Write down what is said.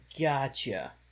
Gotcha